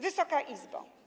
Wysoka Izbo!